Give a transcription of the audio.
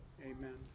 amen